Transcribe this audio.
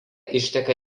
išteka